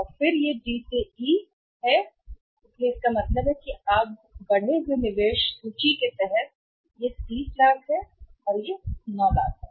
और फिर यह डी से है ई सही है यह डी से ई है इसलिए इसका मतलब है कि अब बढ़े हुए निवेश सूची के तहत क्या होगा 30 लाख तो यह 9 लाख है